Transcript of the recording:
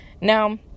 Now